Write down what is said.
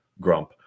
Grump